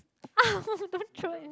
!ow! don't throw it